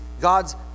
God's